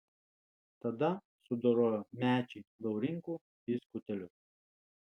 tada sudorojo mečį laurinkų į skutelius